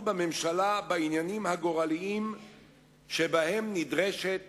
בממשלה בענייניים הגורליים שבהם נדרשת